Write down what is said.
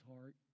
heart